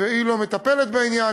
והיא לא מטפלת בעניין.